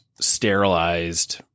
sterilized